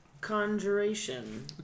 conjuration